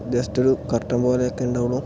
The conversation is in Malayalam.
ജസ്റ്റ് ഒരു കർട്ടൻ പോലെയൊക്കെ ഉണ്ടാവുകയുള്ളൂ